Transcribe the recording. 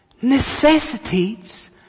necessitates